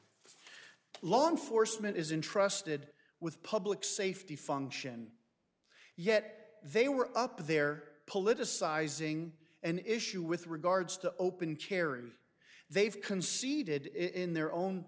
law enforcement is intrusted with public safety function yet they were up there politicizing an issue with regards to open carry they've conceded in their own